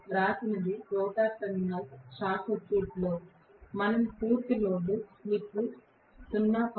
వ్రాసినది rotor terminals short సర్క్యూట్తో మనం పూర్తి లోడ్ స్లిప్ 0